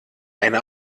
eine